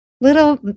Little